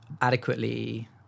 adequately